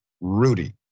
Rudy